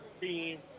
team